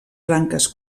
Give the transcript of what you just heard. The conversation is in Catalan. branques